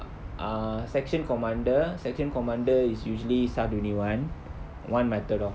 ah section commander section commander is usually S_A_R twenty one one matador